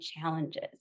challenges